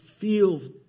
feels